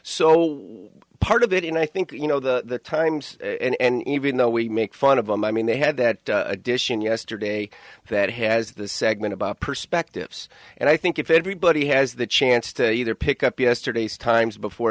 so part of it and i think you know the times and even though we make fun of them i mean they had that edition yesterday that has the segment about perspectives and i think if everybody has the chance to either pick up yesterday's times before